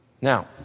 Now